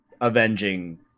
avenging